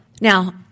Now